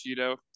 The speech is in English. Cheeto –